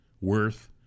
worth